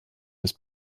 des